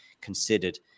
considered